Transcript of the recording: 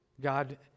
God